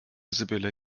sibylle